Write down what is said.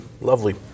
lovely